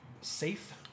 safe